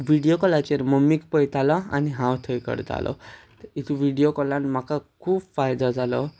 video कॉलाचेर मम्मीक पयतालो आनी हांव थंय करतालो व्हिडियो कॉलान म्हाका खूब फायदो जालो